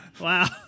wow